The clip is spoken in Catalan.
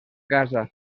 casa